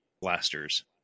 blasters